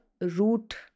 root